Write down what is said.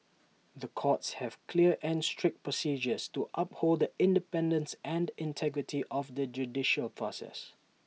the courts have clear and strict procedures to uphold The Independence and integrity of the judicial process